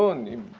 ah name